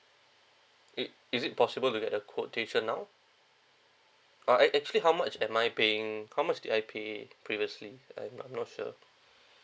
it is it possible to get a quotation now uh actually how much am I paying how much did I paid previously I I'm not sure